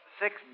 six